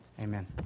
amen